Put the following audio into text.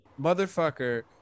motherfucker